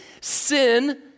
sin